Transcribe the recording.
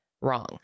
Wrong